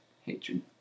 hatred